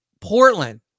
Portland